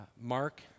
Mark